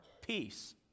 peace